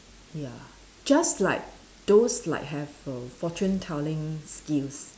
ya just like those like have a fortunetelling skills